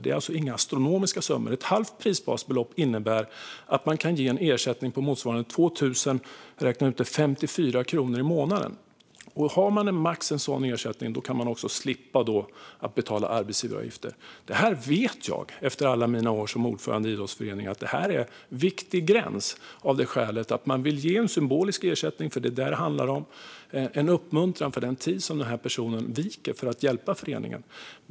Det är alltså inga astronomiska summor. Ett halvt prisbasbelopp innebär att man kan ge en ersättning på motsvarande 2 054 kronor i månaden, har jag räknat ut. Om man har max en sådan ersättning kan man också slippa betala arbetsgivaravgiften. Efter alla mina år som ordförande i idrottsföreningar vet jag att det här är en viktig gräns av skälet att man vill ge en symbolisk ersättning - för det är vad det handlar om - och en uppmuntran för den tid som personer viker för att hjälpa föreningen.